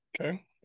okay